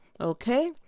Okay